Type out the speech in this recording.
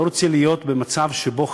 לא רוצה להיות במצב שבו,